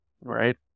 right